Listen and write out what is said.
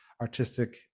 artistic